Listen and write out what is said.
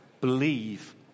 Believe